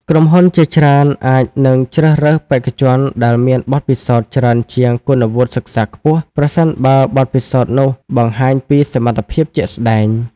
ក្រុមហ៊ុនជាច្រើនអាចនឹងជ្រើសរើសបេក្ខជនដែលមានបទពិសោធន៍ច្រើនជាងគុណវុឌ្ឍិសិក្សាខ្ពស់ ប្រសិនបើបទពិសោធន៍នោះបង្ហាញពីសមត្ថភាពជាក់ស្តែង។